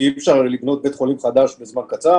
כי אי אפשר לבנות בית חולים חדש בזמן קצר.